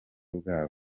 bwabo